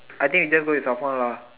I think we just go with Safon lah